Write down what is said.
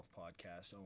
podcast